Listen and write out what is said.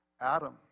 Adam